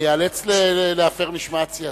אני איאלץ להפר משמעת סיעתית.